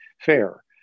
fair